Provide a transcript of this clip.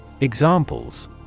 Examples